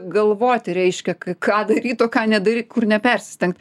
galvoti reiškia k ką daryt o ką nedaryt kur nepersistengt